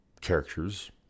characters